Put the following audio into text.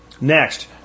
Next